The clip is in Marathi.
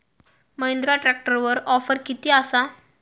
महिंद्रा ट्रॅकटरवर ऑफर किती आसा?